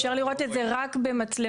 אפשר לראות את זה רק במצלמה,